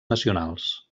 nacionals